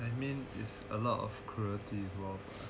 I mean it's a lot of cruelty